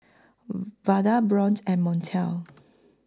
Vada Bryon and Montel